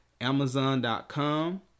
amazon.com